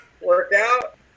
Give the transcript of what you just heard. workout